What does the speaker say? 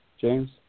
James